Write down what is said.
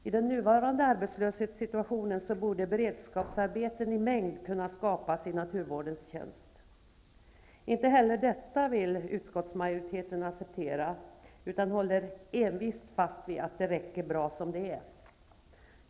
I den nuvarande arbetslöshetssituaionen borde beredskapsarbeten i mängd kunna skapas i naturvårdens tjänst. Inte heller detta vill utskottsmajoriteten acceptera utan håller envist fast vid att det räcker bra som det är.